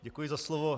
Děkuji za slovo.